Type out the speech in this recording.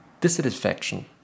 dissatisfaction